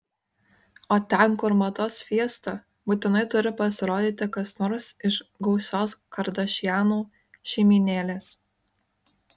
o ten kur mados fiesta būtinai turi pasirodyti kas nors iš gausios kardašianų šeimynėlės